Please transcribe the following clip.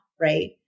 right